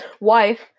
wife